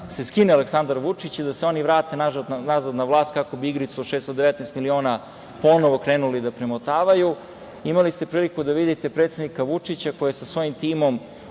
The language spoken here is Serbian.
se skine Aleksandar Vučić i da se oni vrate nazad na vlast kako bi igricu od 619 miliona ponovo krenuli da premotavaju. Imali ste priliku da vidite predsednika Vučića, koji je sa svojim timom